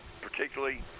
particularly